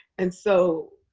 and so,